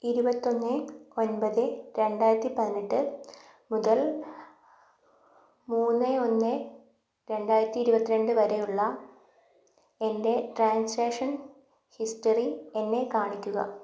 ഇരുപത്തൊന്ന് ഒൻപത് രണ്ടായിരത്തി പതിനെട്ട് മുതൽ മൂന്ന് ഒന്ന് രണ്ടായിരത്തി ഇരുപത്തി രണ്ട് വരെയുള്ള എൻ്റെ ട്രാൻസാഷൻ ഹിസ്റ്ററി എന്നെ കാണിക്കുക